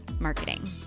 marketing